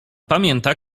pamięta